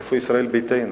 איפה ישראל ביתנו?